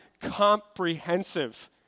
comprehensive